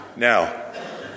Now